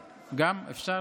גם, אפשר.